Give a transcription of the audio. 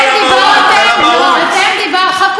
בהתחלה דיברתם על ההתקפות על בית המשפט,